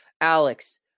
Alex